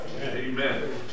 Amen